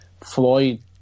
Floyd